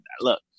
look